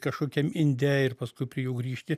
kažkokiam inde ir paskui prie jų grįžti